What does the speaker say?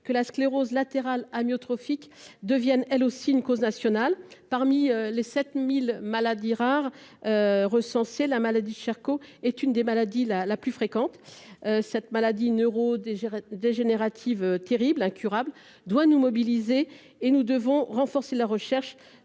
que la sclérose latérale amyotrophique devienne elle aussi une cause nationale, parmi les 7000 maladies rares recensés la maladie Charcot est une des maladies la la plus fréquente cette maladie neuro-dégénérative terrible, incurable, doit nous mobiliser et nous devons renforcer la recherche